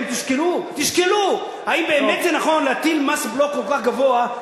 תשקלו, האם באמת זה נכון להטיל מס בלו כל כך גבוה?